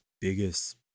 biggest